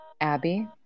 Abby